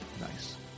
Nice